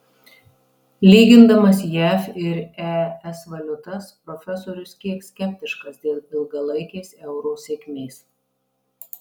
lygindamas jav ir es valiutas profesorius kiek skeptiškas dėl ilgalaikės euro sėkmės